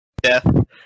...death